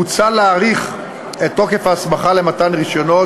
מוצע להאריך את תוקף ההסמכה למתן רישיונות,